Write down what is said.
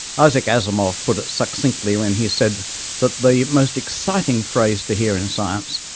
isaac asimov put it succinctly when he said that the most exciting phrase to hear in science,